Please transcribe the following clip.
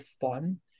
fun